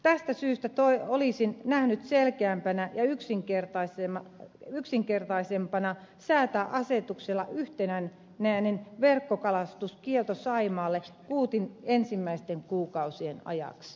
tästä syystä olisin nähnyt selkeämpänä ja yksinkertaisempana säätää asetuksella yhtenäinen verkkokalastuskielto saimaalle kuutin ensimmäisten kuukausien ajax